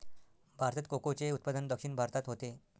भारतात कोकोचे उत्पादन दक्षिण भारतात होते